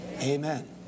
Amen